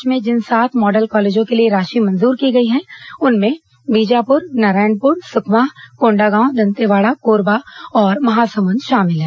प्रदेश में जिन सात मॉडल कॉलेजों के लिए राशि मंजूर की गई है उनमें बीजापुर नारायणपुर सुकमा कोंडागांव दंतेवाड़ा कोरबा और महासमुंद शामिल हैं